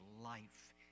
life